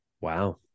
Wow